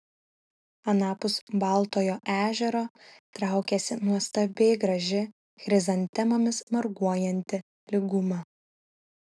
anapus baltojo ežero traukėsi nuostabiai graži chrizantemomis marguojanti lyguma